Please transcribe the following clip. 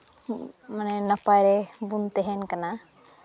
ᱢᱟᱱᱮ ᱱᱟᱯᱟᱭ ᱵᱚᱱ ᱛᱟᱦᱮᱱ ᱠᱟᱱᱟ